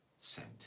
sent